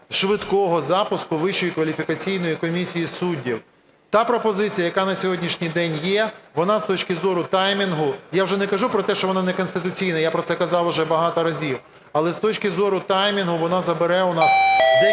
швидкого запуску Вищої кваліфікаційної комісії суддів. Та пропозиція, яка на сьогоднішній день є, вона з точки зору таймінгу, я вже не кажу про те, що вона неконституційна, я про це казав вже багато разів, але з точки зору таймінгу вона забере у нас декілька